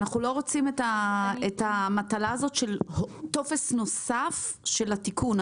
אנחנו לא רוצים את המטלה הזאת של טופס נוסף של התיקון.